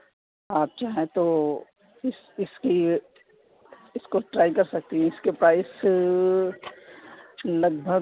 آپ چاہیں تو اِس اِس کی اِس کو ٹرائی کر سکتی ہیں اِس کے پرائس لگ بھگ